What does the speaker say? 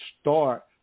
start